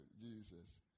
Jesus